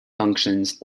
functions